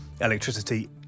electricity